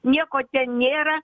nieko ten nėra